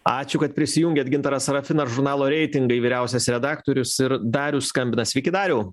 ačiū kad prisijungėt gintaras sarafinas žurnalo reitingai vyriausias redaktorius ir darius skambina sveiki dariau